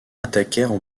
attaquèrent